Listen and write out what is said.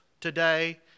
today